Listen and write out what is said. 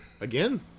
Again